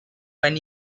when